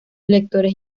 lectores